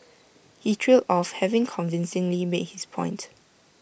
he trailed off having convincingly made his point